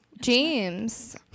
James